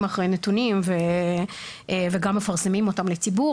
אחרי נתונים וגם מפרסמים אותם לציבור.